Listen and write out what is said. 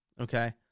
Okay